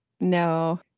No